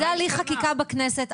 זה הליך חקיקה בכנסת,